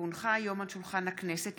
כי הונחה היום על שולחן הכנסת,